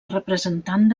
representant